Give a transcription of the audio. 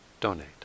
donate